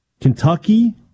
Kentucky